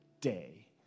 day